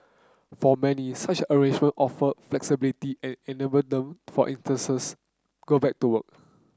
for many such arrangement offer flexibility and enable them for go back to work